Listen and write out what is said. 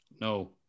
No